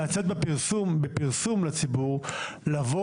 אני מציע לצאת בפרסום לציבור לבוא